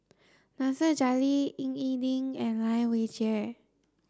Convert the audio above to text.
Nasir Jalil Ying E Ding and Lai Weijie